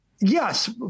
yes